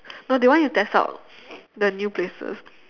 no they want you to test out the new places